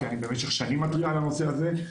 כי אני במשך שנים מתריע על הנושא הזה.